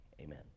Amen